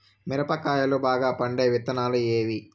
మిరప కాయలు బాగా పండే విత్తనాలు ఏవి